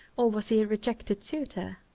or was he a rejected suitor?